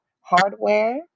hardware